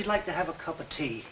you'd like to have a cup of tea